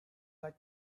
like